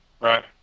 Right